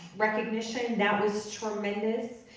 recognition, that was tremendous.